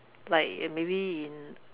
like maybe in